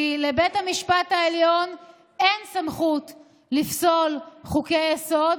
כי לבית המשפט העליון אין סמכות לפסול חוקי-יסוד,